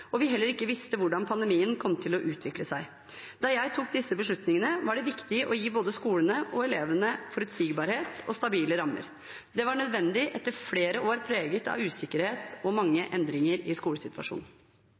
og vi heller ikke visste hvordan pandemien kom til å utvikle seg. Da jeg tok disse beslutningene, var det viktig å gi både skolene og elevene forutsigbarhet og stabile rammer. Det var nødvendig etter flere år preget av usikkerhet og